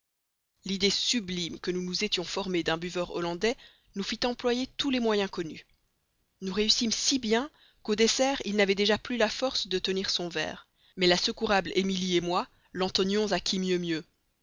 l'idée sublime que nous nous étions formée d'un buveur hollandais nous fit employer tous les moyens connus nous réussîmes si bien qu'au dessert il n'avait déjà plus la force de tenir son verre mais la secourable émilie moi l'entonnions à qui mieux mieux